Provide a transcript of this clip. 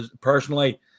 personally